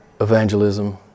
evangelism